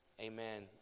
Amen